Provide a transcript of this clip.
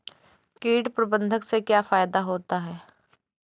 कीट प्रबंधन से क्या फायदा होता है?